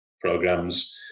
programs